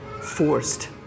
forced